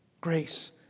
Grace